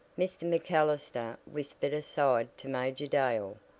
mr. macallister whispered aside to major dale,